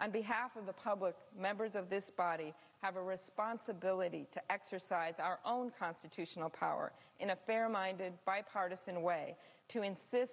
on behalf of the public members of this body have a responsibility to exercise our own constitutional power in a fair minded bipartisan way to insist